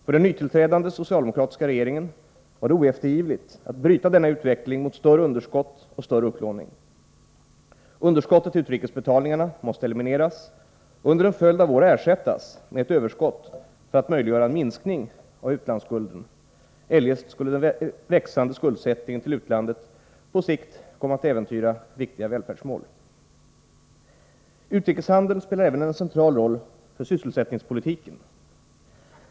För den nyttillträdande socialdemokratiska regeringen var det oeftergivligt att bryta denna utveckling mot större underskott och större upplåning. Underskottet i utrikesbetalningarna måste elimineras och under en följd av år ersättas med ett överskott för att möjliggöra en minskning av utlandsskulden — eljest skulle den växande skuldsättningen till utlandet på sikt komma att äventyra viktiga välfärdsmål. Utrikeshandeln spelar även en central roll för sysselsättningspolitiken.